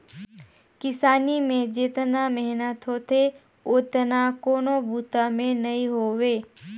किसानी में जेतना मेहनत होथे ओतना कोनों बूता में नई होवे